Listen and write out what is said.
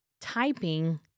typing